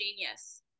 genius